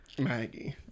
maggie